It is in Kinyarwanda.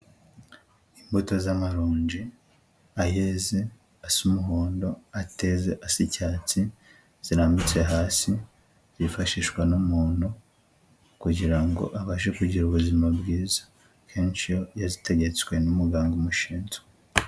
Imbuto z'amaronji, ayeze asa umuhondo, ateze asa n' icyatsi, zirambitse hasi zifashishwa n'umuntu kugira abashe kugira ubuzima bwiza, kenshi iyo yazitegetswe n'umuganga umushinzwe.